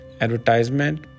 advertisement